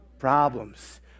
problems